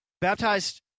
Baptized